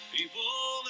People